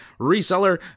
reseller